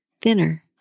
thinner